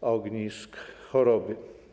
ognisk choroby.